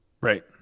Right